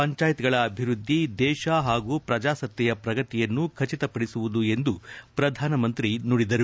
ಪಂಚಾಯತ್ಗಳ ಅಭಿವೃದ್ದಿ ದೇಶ ಹಾಗೂ ಪ್ರಜಾಸತ್ತೆಯ ಪ್ರಗತಿಯನ್ನು ಖಚಿತಪಡಿಸುವುದು ಎಂದು ಪ್ರಧಾನಮಂತ್ರಿ ನುಡಿದರು